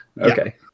Okay